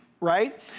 right